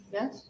Yes